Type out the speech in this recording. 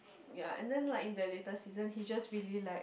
ya and then like in the latest season he just really like